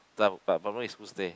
but problem is who stay